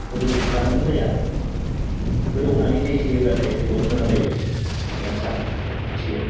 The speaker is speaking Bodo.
गोदौब्लानोल' जाया गोदौहोनानै दै थैहोयोब्लाथाय जोबोद मोजां जायो मोजां सातथियो